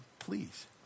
please